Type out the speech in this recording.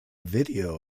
video